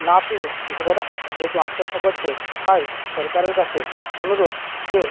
না পেয়ে কৃষকেরা যেহেতু আত্মহত্যা করছে তাই সরকারের কাছে অনুরোধ যে